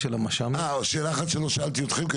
שאלה אחת שלא שאלתי אתכם,